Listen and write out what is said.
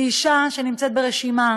כי אישה שנמצאת ברשימה